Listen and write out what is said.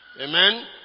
Amen